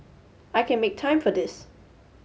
I can make time for this